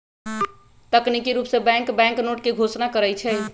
तकनिकी रूप से बैंक बैंकनोट के घोषणा करई छई